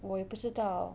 我也不知道